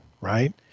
Right